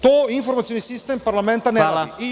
To informacioni sistem parlamenta ne vidi.